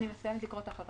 אני מסיימת לקרוא את ההחלטה.